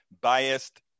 biased